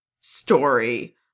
story